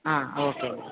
ah okay okay